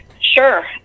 Sure